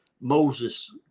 Moses